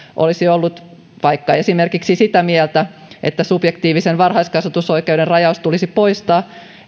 olisi ollut esimerkiksi sitä mieltä että subjektiivisen varhaiskasvatusoikeuden rajaus tulisi poistaa